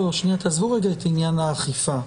תעזבו רגע את עניין האכיפה.